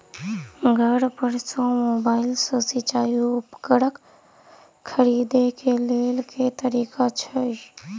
घर पर सऽ मोबाइल सऽ सिचाई उपकरण खरीदे केँ लेल केँ तरीका छैय?